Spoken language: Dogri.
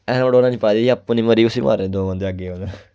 हेलमेट उन्नै हैनी पाई दी ही अपनी उसी मारी दो बंदे अग्गें उन्नै